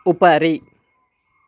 उपरि